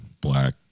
black